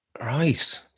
Right